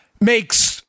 makes